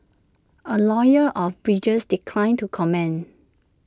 A lawyer of bridges declined to comment